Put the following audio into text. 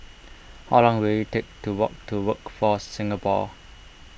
how long will it take to walk to Workforce Singapore